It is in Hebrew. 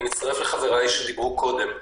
אני מצטרף לחבריי שדיברו קודם.